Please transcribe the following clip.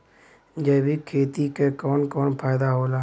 जैविक खेती क कवन कवन फायदा होला?